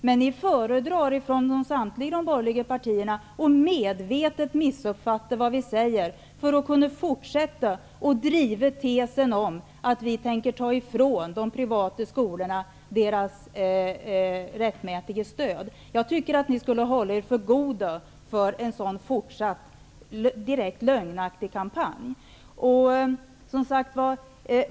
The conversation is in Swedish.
Men samtliga borgerliga partier föredrar att medvetet missuppfatta vad vi säger för att kunna fortsätta att driva tesen att vi tänker ta ifrån de privata skolorna deras rättmätiga stöd. Jag tycker att ni skulle hålla er för goda för en sådan fortsatt direkt lögnaktig kampanj.